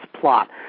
plot